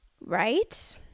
Right